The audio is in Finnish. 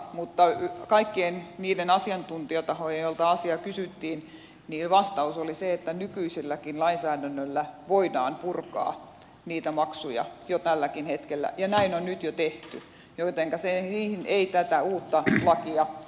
mutta kaikkien niiden asiantuntijatahojen joilta asiaa kysyttiin vastaus oli se että nykyiselläkin lainsäädännöllä voidaan purkaa niitä maksuja jo tälläkin hetkellä ja näin on nyt jo tehty jotenka siihen ei tätä uutta lakia tarvittaisi